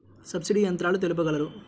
Subsidy యంత్రాలు తెలుపగలరు?